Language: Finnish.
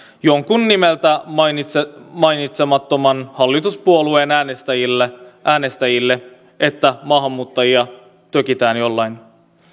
jonkun nimeltä mainitsemattoman hallituspuolueen äänestäjille äänestäjille että maahanmuuttajia tökitään jollain